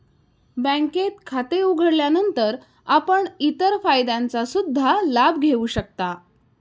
बँकेत खाते उघडल्यानंतर आपण इतर फायद्यांचा सुद्धा लाभ घेऊ शकता